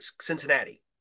Cincinnati